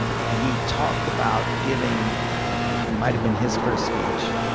and he talked about giving it might have been his first speech.